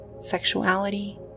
sexuality